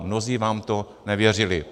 Mnozí nám to nevěřili.